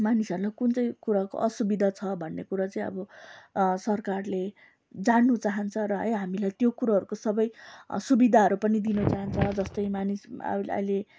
मानिसहरूलाई कुन चाहिँ कुराको असुविधा छ भन्ने कुरा चाहिँ अब सरकारले जान्नु चाहन्छ र है हामीलाई त्यो कुरोहरूको सबै सुविधाहरू पनि दिनु चाहन्छ जस्तै मानिस अहिले